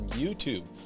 youtube